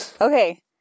okay